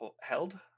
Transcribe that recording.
held